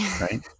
Right